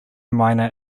minor